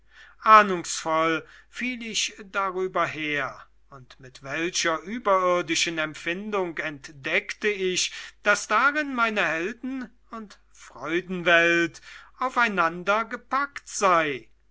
ahnungsvoll fiel ich darüber her und mit welcher überirdischen empfindung entdeckte ich daß darin meine helden und freudenwelt aufeinandergepackt sei